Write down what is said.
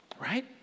Right